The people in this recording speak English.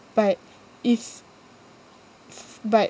but is but